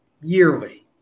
yearly